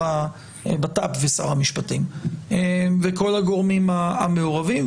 הבט"פ ושר המשפטים וכל הגורמים המעורבים.